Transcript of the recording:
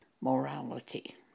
morality